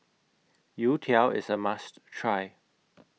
Youtiao IS A must Try